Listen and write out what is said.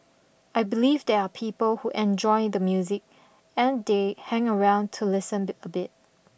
I believe there are people who enjoy the music and they hang around to listen a bit